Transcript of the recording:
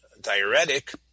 diuretic